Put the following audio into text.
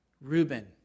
Reuben